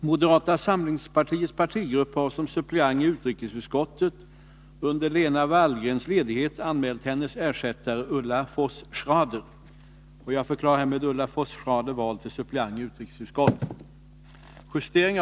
Moderata samlingspartiets partigrupp har som suppleant i utrikesutskottet under Lena Wallgrens ledighet anmält hennes ersättare Ulla Voss Schrader.